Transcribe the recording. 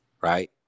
Right